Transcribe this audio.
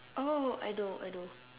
oh I know I know